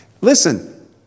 Listen